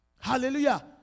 Hallelujah